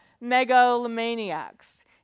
megalomaniacs